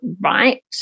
right